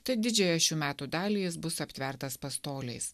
tad didžiąją šių metų dalį jis bus aptvertas pastoliais